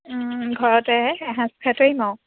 ঘৰতে এসাঁজ খাই থৈ আহিম আৰু